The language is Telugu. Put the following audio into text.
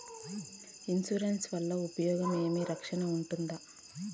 ఇన్సూరెన్సు వల్ల ఉపయోగం ఏమి? రక్షణ ఉంటుందా?